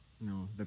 No